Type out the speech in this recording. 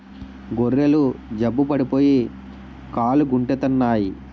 గొర్రెలు జబ్బు పడిపోయి కాలుగుంటెత్తన్నాయి